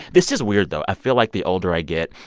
this is weird, though. i feel like the older i get,